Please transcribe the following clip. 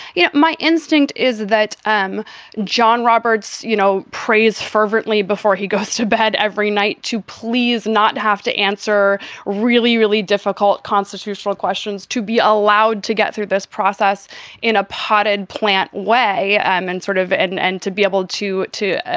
yeah. my instinct is that. um john roberts, you know, prays fervently before he goes to bed every night to please not have to answer really, really difficult constitutional questions to be allowed to get through this process in a potted plant way and sort of. and and to be able to to,